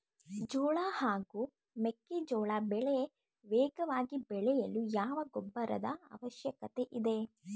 ಜೋಳ ಹಾಗೂ ಮೆಕ್ಕೆಜೋಳ ಬೆಳೆ ವೇಗವಾಗಿ ಬೆಳೆಯಲು ಯಾವ ಗೊಬ್ಬರದ ಅವಶ್ಯಕತೆ ಇದೆ?